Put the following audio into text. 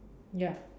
ya